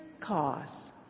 cause